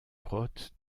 grottes